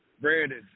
Brandon